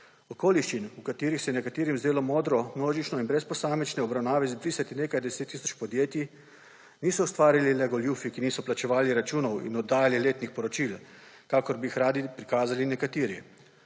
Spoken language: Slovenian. Okoliščine, v katerih se je nekaterim zdelo modro množično in brez posamične obravnave izbrisati nekaj deset tisoč podjetij, niso ustvarili le goljufi, ki niso plačevali računov in oddajali letnih poročil, kakor bi jih radi prikazali nekateri.